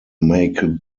make